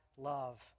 Love